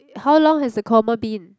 how long has the coma been